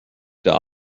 die